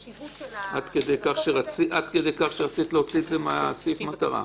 -- עד כדי כך שרצית להוציא את זה מסעיף המטרה.